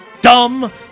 dumb